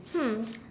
hmm